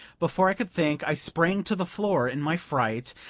before i could think, i sprang to the floor in my fright,